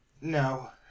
No